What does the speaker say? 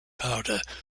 powder